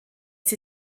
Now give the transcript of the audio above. sie